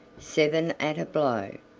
seven at a blow.